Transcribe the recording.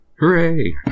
hooray